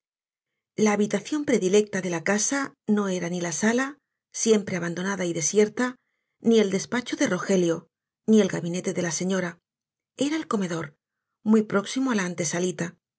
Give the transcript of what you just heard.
la habitación predilecta de la casa no era ni la sala siempre abandonada y desierta ni el despacho de rogelio ni el gabinete de la señora era el comedor muy próximo á la antesalita